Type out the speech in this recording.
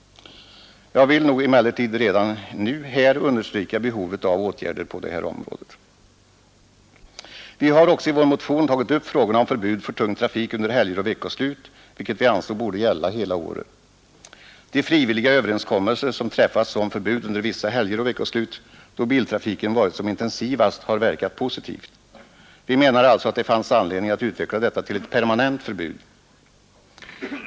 Jag vill emellertid här redan nu understryka behovet av åtgärder på det här området. Vi har också i vår motion tagit upp frågorna om förbud för tung trafik under helger och veckoslut, vilket vi ansåg borde gälla hela året. De frivilliga överenskommelser som träffats om förbud under vissa helger och veckoslut, då biltrafiken varit som intensivast, har verkat positivt. Vi menade alltså att det fanns anledning att utveckla detta till ett permanent förbud.